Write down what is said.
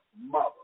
Mother